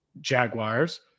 Jaguars